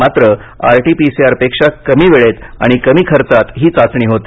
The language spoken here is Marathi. मात्र R T P C R पेक्षा कमी वेळेत आणि कमी खर्चात ही चाचणी होते